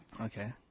Okay